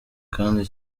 kandi